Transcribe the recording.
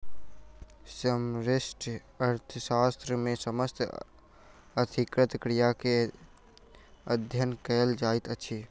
समष्टि अर्थशास्त्र मे समस्त आर्थिक क्रिया के अध्ययन कयल जाइत अछि